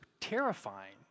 terrifying